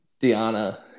Diana